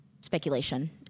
speculation